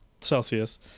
Celsius